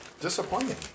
disappointing